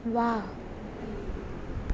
ವಾಹ್